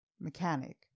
Mechanic